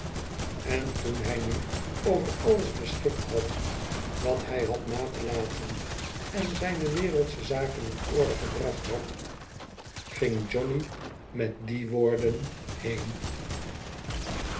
n toen hij nu over alles beschikt had wat hij had na te laten en zijne wereldsche zaken in orde gebracht had ging johnny met die woorden heen